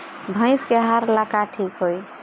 भइस के आहार ला का ठिक होई?